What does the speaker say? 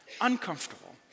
uncomfortable